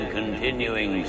continuing